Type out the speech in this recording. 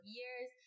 years